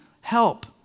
help